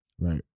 Right